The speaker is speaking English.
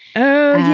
oh,